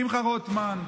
שמחה רוטמן,